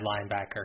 linebacker